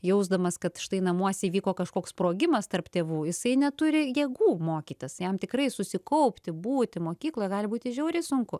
jausdamas kad štai namuose įvyko kažkoks sprogimas tarp tėvų jisai neturi jėgų mokytis jam tikrai susikaupti būti mokykloje gali būti žiauriai sunku